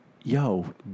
yo